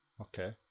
Okay